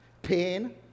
pain